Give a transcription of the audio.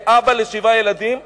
כאב לשבעה ילדים,